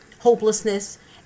hopelessness